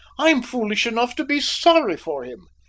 i'm foolish enough to be sorry for him.